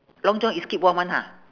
long john is keep warm [one] ha